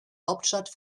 hauptstadt